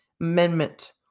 Amendment